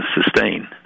sustain